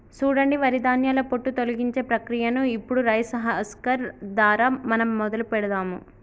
సూడండి వరి ధాన్యాల పొట్టు తొలగించే ప్రక్రియను ఇప్పుడు రైస్ హస్కర్ దారా మనం మొదలు పెడదాము